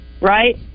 right